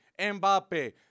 Mbappe